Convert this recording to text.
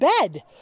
bed